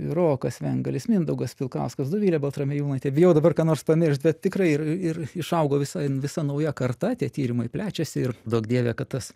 rokas vengalis mindaugas pilkauskas dovilė baltramiejūnaitė bijau dabar ką nors pamiršt bet tikrai ir ir išaugo visa visa nauja karta tie tyrimai plečiasi ir duok dieve kad tas